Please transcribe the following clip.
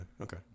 Okay